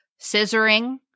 scissoring